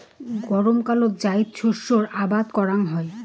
গরমকালত জাইদ শস্যের আবাদ করাং হই